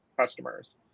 customers